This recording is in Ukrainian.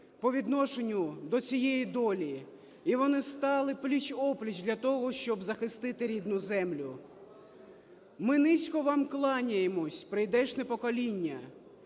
по відношенню до цієї долі, і вони стали пліч-о-пліч для того, щоб захистити рідну землю. Ми низько вам кланяємось, прийдешнє покоління,